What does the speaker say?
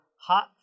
hot